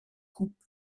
coupe